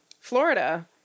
florida